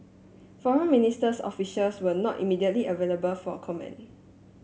foreign ministers officials were not immediately available for a comment